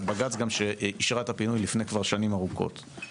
בג"צ שאפשרה את הפינוי כבר לפני שנים ארוכות.